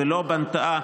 ולא נבנתה,